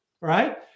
right